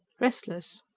restless.